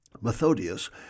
Methodius